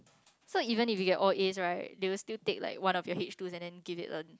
so even if you get all eighth right they will still take like one of your H twos and then give it an